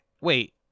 wait